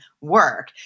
work